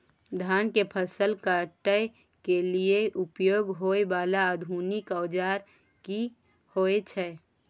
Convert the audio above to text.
धान के फसल काटय के लिए उपयोग होय वाला आधुनिक औजार की होय छै?